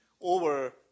over